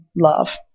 love